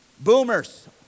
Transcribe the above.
Boomers